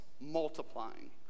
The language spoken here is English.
multiplying